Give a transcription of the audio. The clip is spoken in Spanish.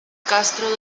castro